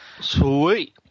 Sweet